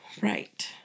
Right